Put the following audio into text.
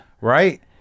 Right